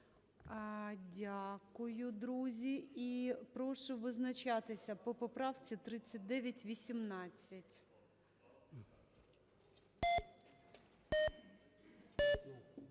Дякую, друзі, і прошу визначатися по поправці 3918.